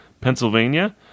Pennsylvania